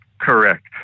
correct